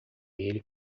ele